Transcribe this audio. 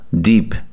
deep